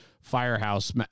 Firehouse